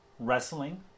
wrestling